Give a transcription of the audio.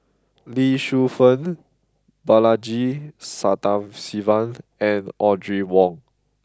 Lee Shu Fen Balaji Sadasivan and Audrey Wong